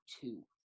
two